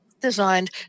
designed